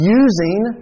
using